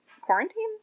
quarantine